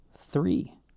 three